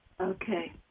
Okay